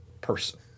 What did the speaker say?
person